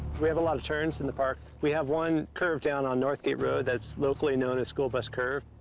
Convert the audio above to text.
we have a lot of turns in the park. we have one curve down on north gate road that's locally known as school bus curve.